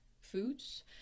foods